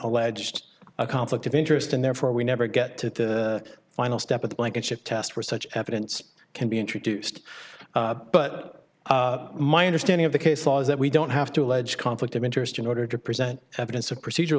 alleged a conflict of interest and therefore we never get to the final step of the blankenship test for such evidence can be introduced but my understanding of the case law is that we don't have to allege conflict of interest in order to present evidence of procedur